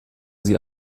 sie